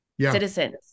citizens